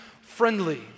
friendly